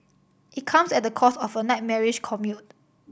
it comes at the cost of a nightmarish commute